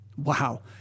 Wow